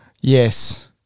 Yes